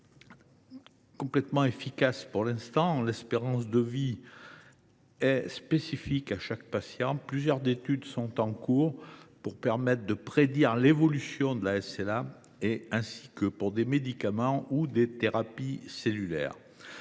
traitement efficace pour l’instant. L’espérance de vie est propre à chaque patient. Plusieurs études sont en cours pour permettre de prédire l’évolution de la SLA et pour développer des médicaments ou des thérapies cellulaires.